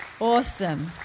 Awesome